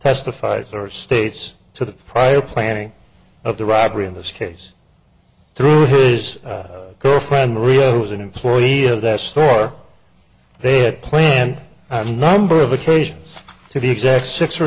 testified for states to the prior planning of the robbery in this case through his girlfriend reeva was an employee of that store they had planned a number of occasions to be exact six or